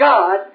God